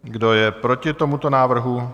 Kdo je proti tomuto návrhu?